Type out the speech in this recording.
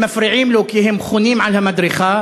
הם מפריעים לו כי הם חונים על המדרכה,